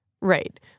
Right